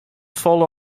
folle